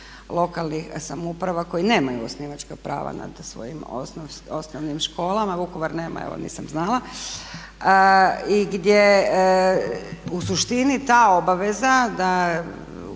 lokalnih samouprava koje nemaju osnivačka prava nad svojim osnovnim školama, Vukovar nema, evo nisam znala i gdje u suštini ta obaveza da,